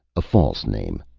a false name.